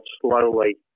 slowly